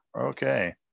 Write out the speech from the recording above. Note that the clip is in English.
Okay